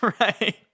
Right